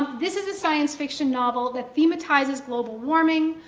this is a science fiction novel that thematizes global warming,